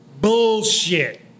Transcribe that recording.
Bullshit